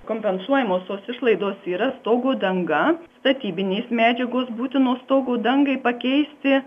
kompensuojamos tos išlaidos yra stogo danga statybinės medžiagos būtinos stogo dangai pakeisti